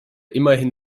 immerhin